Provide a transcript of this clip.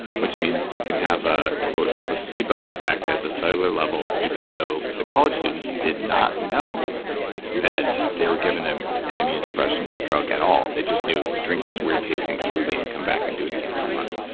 which means you can have a quote placebo effect at the cellular level, even though the college students did not know that they were given ah an immune suppressant drug at all. they just knew, drink this weird tasking smoothie and come and do it again in a month.